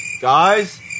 Guys